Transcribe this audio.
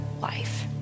life